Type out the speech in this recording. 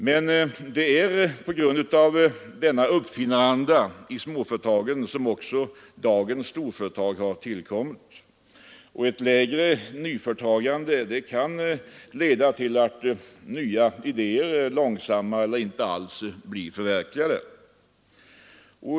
Men det är på grund av denna uppfinnaranda i småföretagen som dagens storföretag har tillkommit. Ett lägre nyföretagande kan alltså leda till att nya idéer långsammare eller inte alls blir förverkligade.